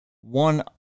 one